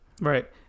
Right